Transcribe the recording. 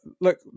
look